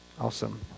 Awesome